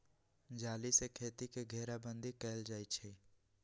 जाली से खेती के घेराबन्दी कएल जाइ छइ